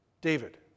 David